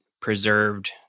preserved